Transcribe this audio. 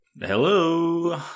Hello